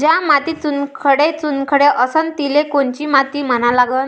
ज्या मातीत चुनखडे चुनखडे असन तिले कोनची माती म्हना लागन?